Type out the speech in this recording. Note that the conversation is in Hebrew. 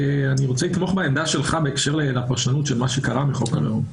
אני רוצה לתמוך בעמדה שלך בהקשר לפרשנות של מה שקרה בחוק הלאום.